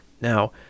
Now